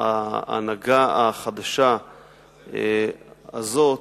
מניח שההנהגה החדשה הזאת,